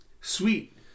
Sweet